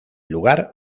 lugar